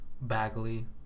Bagley